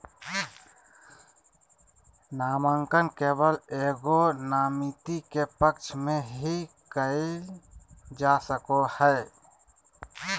नामांकन केवल एगो नामिती के पक्ष में ही कइल जा सको हइ